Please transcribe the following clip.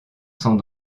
sans